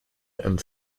and